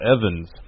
Evans